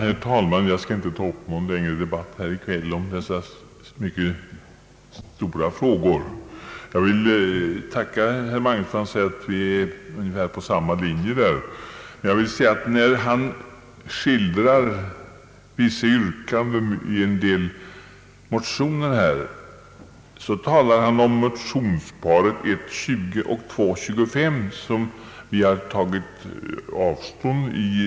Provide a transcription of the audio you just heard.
Herr talman! Jag skall inte ta upp någon längre debatt i kväll om dessa mycket stora frågor. Jag vill tacka herr Magnusson, när han säger att vi befinner oss på samma linje i detta fall. Men jag vill säga att när han skildrar vissa yrkanden i en del motioner, talar han om motionsparet I: 20 och II: 25 som vi har tagit avstånd ifrån.